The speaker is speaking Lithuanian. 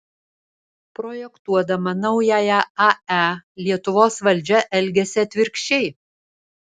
projektuodama naująją ae lietuvos valdžia elgiasi atvirkščiai